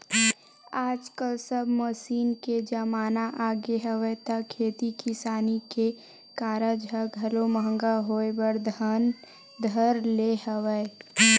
आजकल सब मसीन के जमाना आगे हवय त खेती किसानी के कारज ह घलो महंगा होय बर धर ले हवय